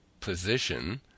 position